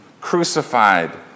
crucified